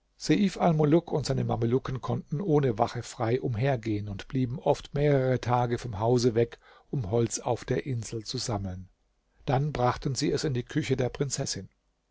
und seine mamelucken konnten ohne wache frei umhergehen und blieben oft mehrere tage vom hause weg um holz auf der insel zu sammeln dann brachten sie es in die küche der prinzessin